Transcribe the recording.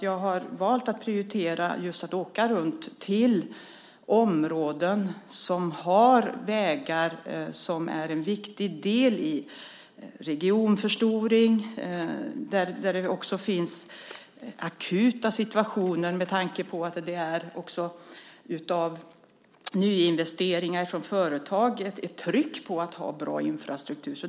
Jag har valt att prioritera just att åka runt till områden som har vägar som är en viktig del i regionförstoring. Där finns det också akuta situationer med tanke på nyinvesteringar. Det finns ett tryck från företag på att man ska ha bra infrastruktur.